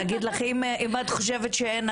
להגיד לך "אם את חושבת שאין,